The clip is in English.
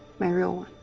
my real